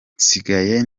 nsigaye